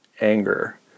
anger